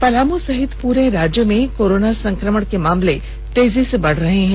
पलामू सहित पूरे राज्य में कोरोना संक्रमण के मामले तेजी से बढ़ रहे हैं